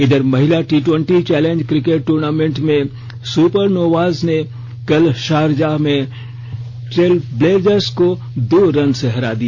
इधर महिला T twenty challenge cricket tournament में सुपरनोवाज ने कल शारजाह में ट्रेलब्लेजर्स को दो रन से हरा दिया